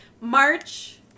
March